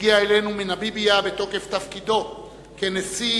שהגיע אלינו מנמיביה בתוקף תפקידו כנשיא